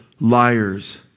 Liars